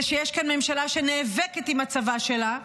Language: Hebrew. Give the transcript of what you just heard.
זה שיש כאן ממשלה שנאבקת עם הצבא שלה,